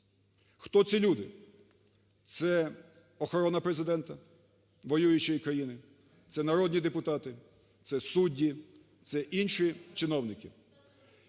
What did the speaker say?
Хто ці люди? Це охорона президента воюючої країни, це народні депутати, це судді, це інші чиновники.